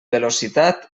velocitat